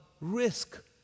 risk